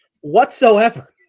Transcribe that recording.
whatsoever